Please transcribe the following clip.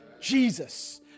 Jesus